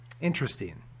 Interesting